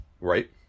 Right